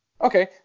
Okay